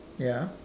ya